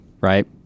Right